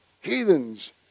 heathens